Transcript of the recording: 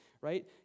right